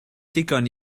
digon